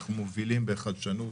אנחנו מובילים בחדשנות,